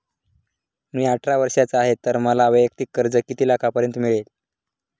मी अठरा वर्षांचा आहे तर मला वैयक्तिक कर्ज किती लाखांपर्यंत मिळेल?